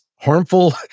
harmful